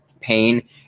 pain